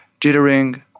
jittering